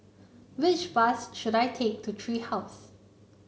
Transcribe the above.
which bus should I take to Tree House